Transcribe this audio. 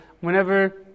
whenever